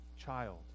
child